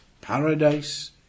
paradise